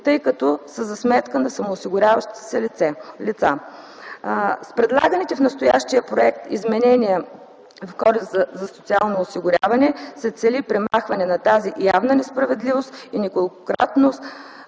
тъй като са за сметка на самоосигуряващите се лица. С предлаганите в настоящия проект изменения на Кодекса за социално осигуряване се цели премахване на тази явна несправедливост и неколкократното